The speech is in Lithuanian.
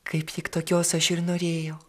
kaipsyk tokios aš ir norėjau